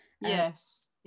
yes